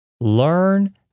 Learn